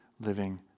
living